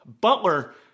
Butler